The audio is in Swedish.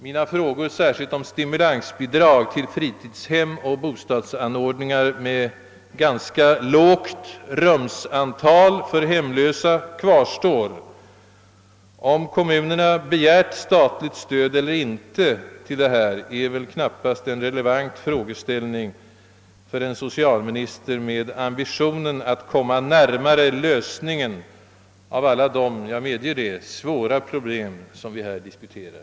Mina frågor, särskilt om stimulansbidrag till fritidshem och bostadsanordningar med ganska lågt rumsantal för hemlösa, kvarstår. Om kommunerna begärt statligt stöd eller inte till denna verksamhet är väl knappast en relevant frågeställning för en socialminister med ambitionen att komma närmare lösningen av alla de — jag medger det — svåra problem, som vi här diskuterar.